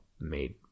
made